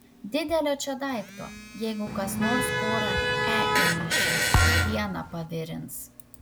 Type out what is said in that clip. didelio čia daikto jeigu kas nors porą e įmaišys pieną pavirins